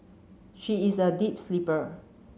she is a deep sleeper